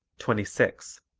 twenty six.